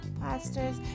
pastors